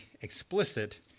explicit